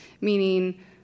meaning